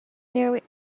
nearly